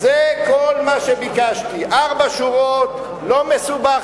זה כל מה שביקשתי, ארבע שורות, לא מסובך,